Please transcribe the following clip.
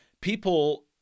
People